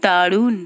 দারুন